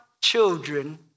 children